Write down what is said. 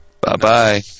Bye-bye